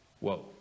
Whoa